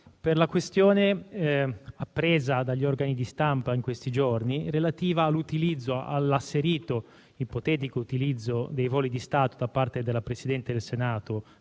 per la questione appresa dagli organi di stampa in questi giorni relativa all'asserito ipotetico utilizzo dei voli di Stato da parte della presidente del Senato